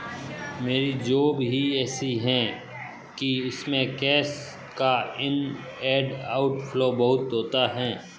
मेरी जॉब ही ऐसी है कि इसमें कैश का इन एंड आउट फ्लो बहुत होता है